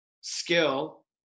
skill